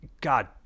God